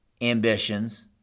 ambitions